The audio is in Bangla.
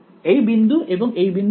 এই বিন্দু এবং এই বিন্দু এক